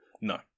No